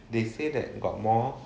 they say that got more